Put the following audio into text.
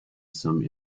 some